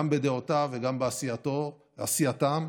גם בדעותיהם וגם בעשייתם.